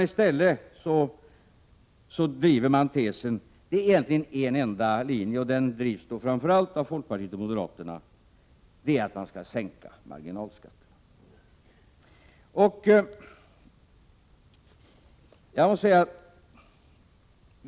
I stället driver man egentligen en enda tes — framför allt är det folkpartiet och moderaterna som gör det — nämligen att man skall sänka marginalskatterna.